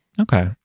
Okay